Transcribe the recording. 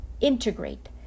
integrate